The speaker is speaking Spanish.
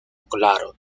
claro